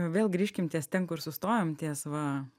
vėl grįžkim ties ten kur sustojom ties va